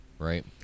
right